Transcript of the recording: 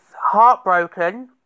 heartbroken